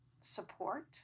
support